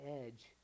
edge